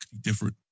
different